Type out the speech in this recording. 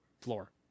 floor